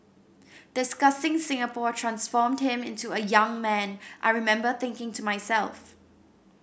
discussing Singapore transformed him into a young man I remember thinking to myself